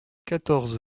quatorze